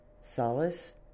solace